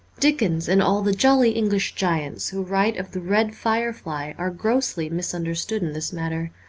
dickens and all the jolly english giants who write of the red firelight are grossly mis understood in this matter.